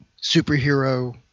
superhero